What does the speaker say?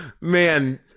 Man